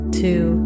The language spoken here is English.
two